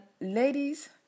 ladies